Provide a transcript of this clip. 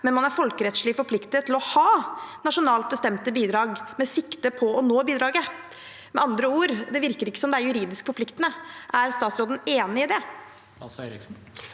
men er folkerettslig forpliktet til å haet nasjonalt bestemt bidrag med sikte på å nå bidraget.» Med andre ord: Det virker ikke som det er juridisk forpliktende. Er statsråden enig i det?